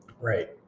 Right